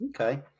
Okay